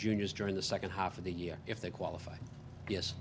juniors during the second half of the year if they qualify yes